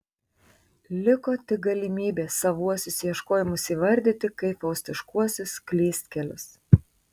liko tik galimybė savuosius ieškojimus įvardyti kaip faustiškuosius klystkelius